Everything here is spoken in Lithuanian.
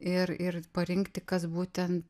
ir ir parinkti kas būtent